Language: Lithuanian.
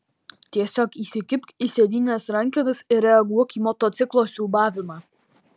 tiesiog įsikibk į sėdynės rankenas ir reaguok į motociklo siūbavimą